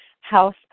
house